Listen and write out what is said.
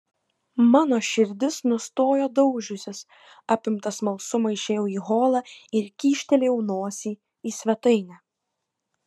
mano širdis nustojo daužiusis apimtas smalsumo išėjau į holą ir kyštelėjau nosį į svetainę